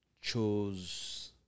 chose